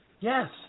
Yes